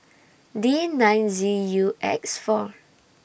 D nine Z U X four